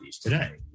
today